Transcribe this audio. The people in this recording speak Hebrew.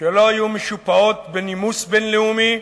שלא היו משופעות בנימוס בין-לאומי.